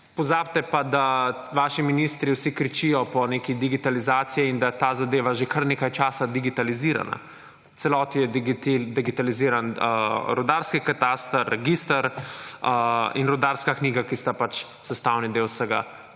pozabite pa, da vaši ministri vsi kričijo po neki digitalizaciji in da je ta zadeva že kar nekaj časa digitalizirana. V celoti je digitaliziran rudarski kataster, register in rudarska knjiga, ki sta sestavni del vsega tega.